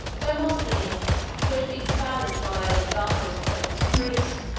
demosthenes, who had been silent while alexander was present in greece,